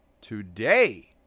Today